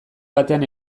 batean